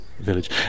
village